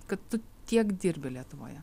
kad tiek dirbi lietuvoje